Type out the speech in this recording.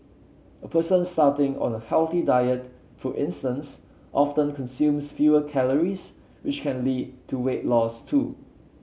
a person starting on a healthy diet for instance often consumes fewer calories which can lead to weight loss too